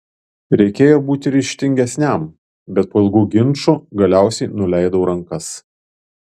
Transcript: reikėjo būti ryžtingesniam bet po ilgų ginčų galiausiai nuleidau rankas